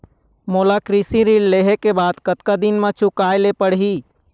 मोला कृषि ऋण लेहे के बाद कतका दिन मा चुकाए ले पड़ही?